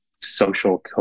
social